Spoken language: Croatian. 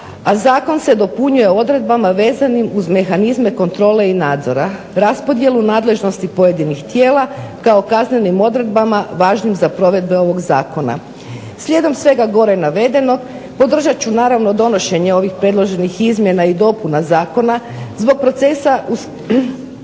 a zakon se dopunjuje odredbama vezanim uz mehanizme kontrole i nadzora, raspodjelu nadležnosti pojedinih tijela kao kaznenim odredbama važnim za provedbe ovog zakona. Slijedom svega gore navedenog podržat ću naravno donošenje ovih predloženih izmjena i dopuna zakona zbog procesa usklađivanja